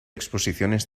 exposiciones